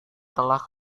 telah